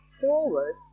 forward